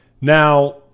now